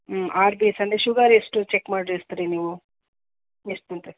ಹ್ಞೂಂ R B S ಅಂದ್ರೆ sugar ಏಷ್ಟು check ಮಾಡ್ಸಿದ್ರಾ ನೀವು ಎಷ್ಟು ಬಂತು